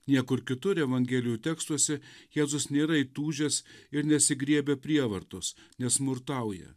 niekur kitur evangelijų tekstuose jėzus nėra įtūžęs ir nesigriebia prievartos nesmurtauja